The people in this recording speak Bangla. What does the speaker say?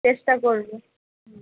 চেষ্টা করবো হুম